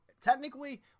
technically